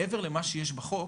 מעבר למה שיש בחוק,